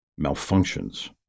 malfunctions